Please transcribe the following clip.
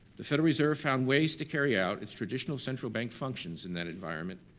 the federal reserve found ways to carry out its traditional central bank functions in that environment,